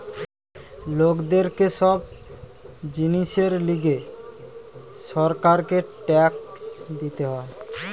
লোকদের কে সব জিনিসের লিগে সরকারকে ট্যাক্স দিতে হয়